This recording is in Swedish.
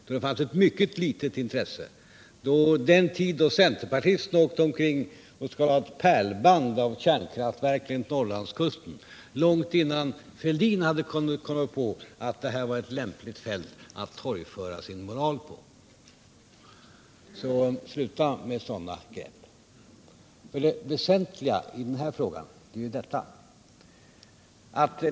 Då fanns det mycket litet intresse för dessa frågor. Det var under den tid då centerpartister åkte omkring och skulle ha ett pärlband av kärnkraftverk utefter Norrlandskusten, långt innan Thorbjörn Fälldin hade kommit på att det här var ett lämpligt fält för honom att torgföra sin moral på. Så sluta med sådana grepp! Det väsentliga i den här frågan är följande.